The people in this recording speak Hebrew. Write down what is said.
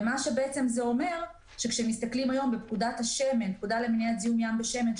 מה שזה אומר שכאשר מסתכלים היום בפקודה למניעת זיהום ים בשמן,